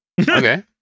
Okay